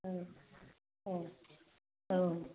औ अ औ